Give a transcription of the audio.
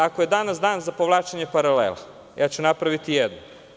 Ako je danas dan za povlačenje paralela, napraviću jednu.